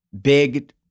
big